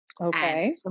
okay